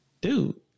Dude